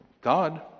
God